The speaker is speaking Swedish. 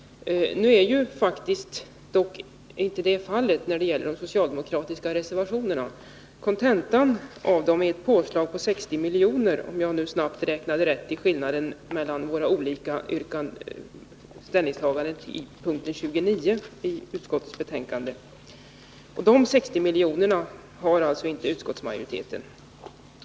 Detta är dock ej fallet när det gäller de socialdemokratiska reservationerna. Kontentan av dem är ett påslag på 60 miljoner, om jag nu snabbt räknar rätt när det gäller skillnaden mellan våra olika ställningstaganden i punkten 29. Dessa 60 miljoner har alltså inte utskottsmajoriteten.